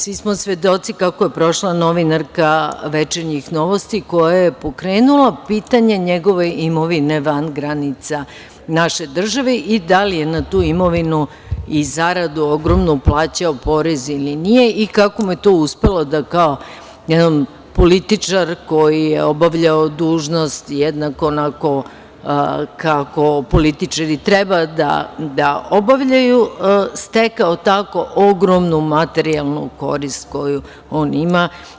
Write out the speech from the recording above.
Svi smo svedoci kako je prošla novinarka „Večernjih novosti“ koja je pokrenula pitanje njegove imovine van granica naše države i da li je na tu imovinu i ogromnu zaradu plaćao porez ili nije i kako mu je to uspelo da kao jedan političar koji je obavljao dužnost, jednako onako kako političari treba da obavljaju, stekao ogromnu materijalnu korist koju on ima.